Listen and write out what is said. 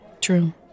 true